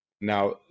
Now